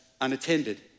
unattended